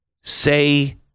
say